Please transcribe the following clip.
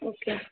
okay